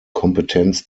kompetenz